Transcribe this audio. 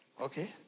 Okay